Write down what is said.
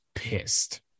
pissed